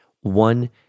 One